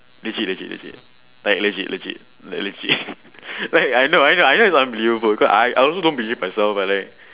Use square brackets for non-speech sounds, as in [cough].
legit legit legit like legit legit like legit [laughs] like I know I know I know it's unbelievable because I I also don't know myself but like